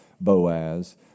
Boaz